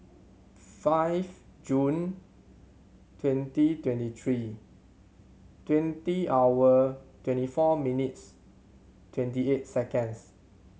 five June twenty twenty three twenty hour twenty four minutes twenty eight seconds